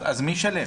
אז מי ישלם?